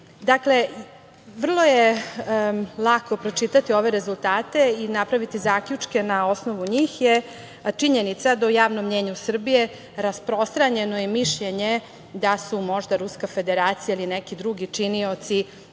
je. Dakle, vrlo je lako pročitati ove rezultate i napraviti zaključke na osnovu njih, jer činjenica je da je u javnom mnjenju Srbije rasprostranjeno mišljenje da su možda Ruska Federacija ili neki drugi činioci